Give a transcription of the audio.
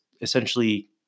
essentially